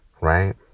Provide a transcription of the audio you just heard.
right